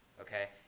okay